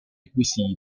acquisiti